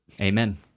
amen